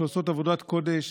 שעושות עבודת קודש,